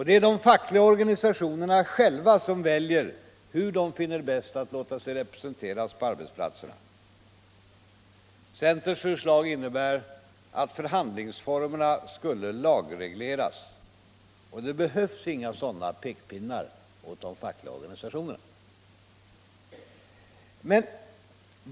Det är de fackliga organisationerna själva som väljer hur de finner det bäst att låta sig representeras på arbetsplatsen. Centerns förslag innebär att förhandlingsformerna skulle lagregleras. Men det behövs inga sådana pekpinnar åt de fackliga organisationerna.